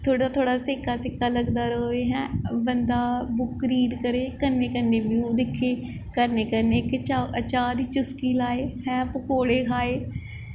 थोह्ड़ा थोह्ड़ा सेका सेका लगदा रवै हैं बंदा बुक रीड करे कन्नै कन्नै व्यू दिक्खे कन्नै कन्नै कि चाह् चाह् दी चुसकी लाए हैं पकौैड़े खाए